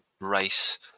race